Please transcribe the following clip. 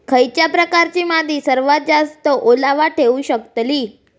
खयच्या प्रकारची माती सर्वात जास्त ओलावा ठेवू शकतली?